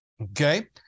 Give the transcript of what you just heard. okay